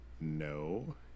No